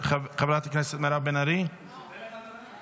חברת הכנסת מירב בן ארי, את מדברת?